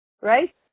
Right